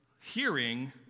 hearing